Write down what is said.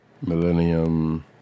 Millennium